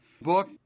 book